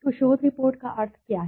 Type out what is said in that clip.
तो शोध रिपोर्ट का अर्थ क्या है